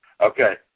Okay